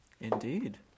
Indeed